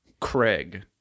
Craig